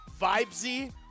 vibesy